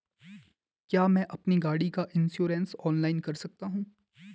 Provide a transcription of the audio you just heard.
क्या मैं अपनी गाड़ी का इन्श्योरेंस ऑनलाइन कर सकता हूँ?